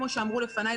כפי שאמרו לפניי,